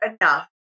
enough